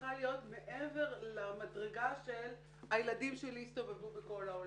צריכה להיות מעבר למדרגה של הילדים שלי יסתובבו בכל העולם,